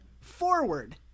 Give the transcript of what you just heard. forward